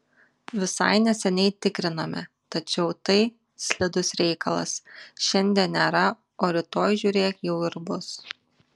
visai neseniai tikrinome tačiau tai slidus reikalas šiandien nėra o rytoj žiūrėk jau ir bus